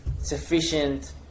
sufficient